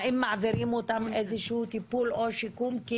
האם מעבירים אותם איזשהו טיפול או שיקום?